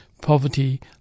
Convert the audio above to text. poverty